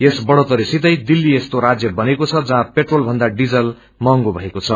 यस बढ़ोत्तरी सितै दिल्ली यस्तो राज्य बनेको छ जहाँ पेट्रोल भन्दा डिजल महंगो भएको छ